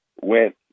went